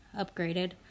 upgraded